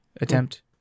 attempt